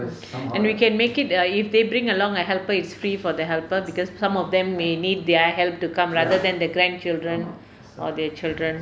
and we can make it err if they bring along a helper it's free for the helper because some of them may need their help to come rather than their grandchildren or their children